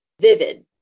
vivid